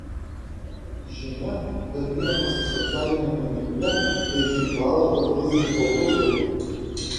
žinia dalijamasi socialiniame tinkle bei tinklalapio feisbuko grupėje